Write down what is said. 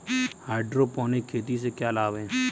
Hydroponic खेती से क्या लाभ हैं?